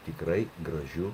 tikrai gražiu